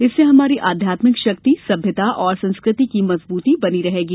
इससे हमारी अध्यात्मिक शक्ति सभ्यता और संस्कृति की मजबूती बनी रहेगी